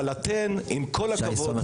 אבל אתן עם כל הכבוד,